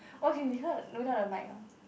oh can be heard without the mic uh